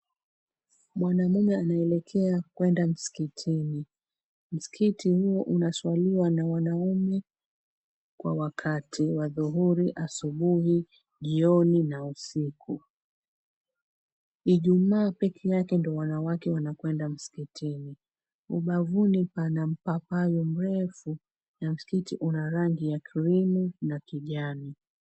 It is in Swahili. Mwanamume anaelekea kwenda msikitini. Msikiti huo unaswaliwa na wanaume kwa wakati wa adhuhuri, asubuhi, jioni na usiku. Ijumaa peke yake ndio wanawake wanakwenda msikitini. Ubavuni pana mpapayo mrefu na msikiti unarangi ya cream na kijani.